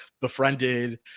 befriended